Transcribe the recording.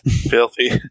Filthy